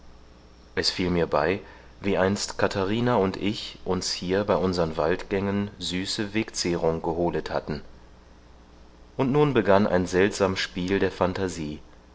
es fiel mir bei wie einst katharina und ich uns hier bei unseren waldgängen süße wegzehrung geholet hatten und nun begann ein seltsam spiel der phantasie